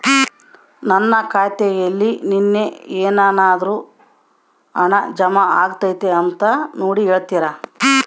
ನನ್ನ ಖಾತೆಯಲ್ಲಿ ನಿನ್ನೆ ಏನಾದರೂ ಹಣ ಜಮಾ ಆಗೈತಾ ಅಂತ ನೋಡಿ ಹೇಳ್ತೇರಾ?